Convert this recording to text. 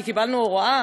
כי קיבלנו הוראה?